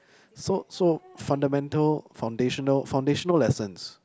so so fundamental foundational foundational lessons